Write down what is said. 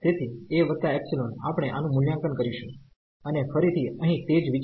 તેથી a ϵ આપણે આનું મૂલ્યાંકન કરીશું અને ફરીથી અહીં તે જ વિચાર